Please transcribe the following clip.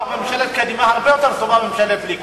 ממשלת קדימה הרבה יותר טובה מממשלת ליכוד.